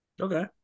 Okay